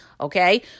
okay